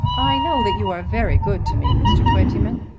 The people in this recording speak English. i know that you are very good to me, mr. twentyman.